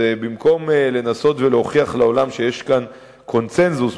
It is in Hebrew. ובמקום לנסות ולהוכיח לעולם שיש כאן קונסנזוס,